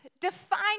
Define